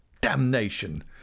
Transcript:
Damnation